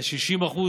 היה 60%